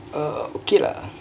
uh uh okay lah